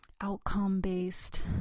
outcome-based